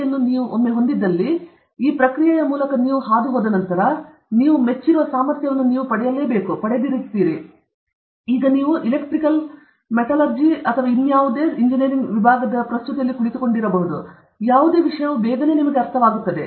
ಅನ್ನು ಒಮ್ಮೆ ನೀವು ಹೊಂದಿದಲ್ಲಿ ಒಮ್ಮೆ ನೀವು ಈ ಪ್ರಕ್ರಿಯೆಯ ಮೂಲಕ ಹೋದ ನಂತರ ನೀವು ಮೆಚ್ಚುವ ಸಾಮರ್ಥ್ಯವನ್ನು ವಿದ್ಯುತ್ ಎಂಜಿನಿಯರಿಂಗ್ನಲ್ಲಿ ಪ್ರಸ್ತುತಿಯಲ್ಲಿ ನೀವು ಕುಳಿತುಕೊಳ್ಳಬಹುದು ಯಾಕೆಂದರೆ ನೀವು ಎಲ್ಲರೂ ಯಾಂತ್ರಿಕ ಇಂಜಿನಿಯರಿಂಗ್ನಲ್ಲಿರುತ್ತಾರೆ ನೀವು ಎಲೆಕ್ಟ್ರಿಕಲ್ ಮೆಟಲರ್ಜಿ ಸಾಮಗ್ರಿಗಳ ಮೇಲೆ ಪ್ರಸ್ತುತಿಯಲ್ಲಿ ಕುಳಿತುಕೊಳ್ಳಬಹುದು ಯಾವುದೇ ನಂತರ ಬೇಗನೆ ನಿಮಗೆ ಸಾಧ್ಯವಾಗುತ್ತದೆ